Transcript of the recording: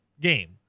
game